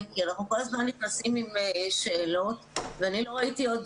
כי אנחנו כל הזמן נכנסים עם שאלות ואני לא ראיתי עוד